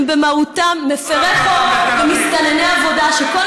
שהם במהותם מפרי חוק ומסתנני עבודה שכל